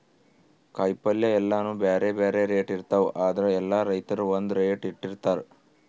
ಕಾಯಿಪಲ್ಯ ಎಲ್ಲಾನೂ ಬ್ಯಾರೆ ಬ್ಯಾರೆ ರೇಟ್ ಇರ್ತವ್ ಆದ್ರ ಎಲ್ಲಾ ರೈತರ್ ಒಂದ್ ರೇಟ್ ಇಟ್ಟಿರತಾರ್